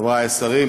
חברי השרים,